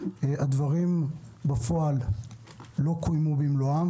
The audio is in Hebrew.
הדברים לא קוימו במלואם בפועל,